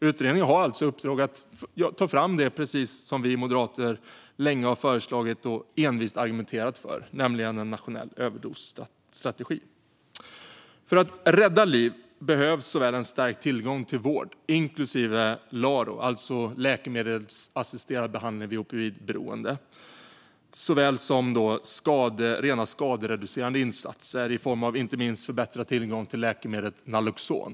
Utredningen har alltså i uppdrag att ta fram förslag på det som jag och Moderaterna envist argumenterat för, nämligen en nationell överdosstrategi. För att rädda liv behövs såväl en stärkt tillgång till vård, inklusive LARO, alltså läkemedelsassisterad rehabilitering av opiatberoende, som rena skattereducerande insatser i form av inte minst förbättrad tillgång till läkemedlet Naloxon.